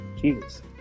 Jesus